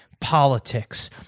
politics